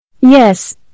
Yes